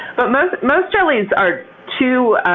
but most most jellies are too